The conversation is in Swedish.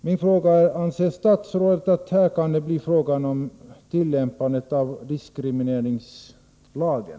Min fråga är: Anser statsrådet att det här kan bli fråga om att tillämpa diskrimineringslagen?